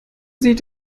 sie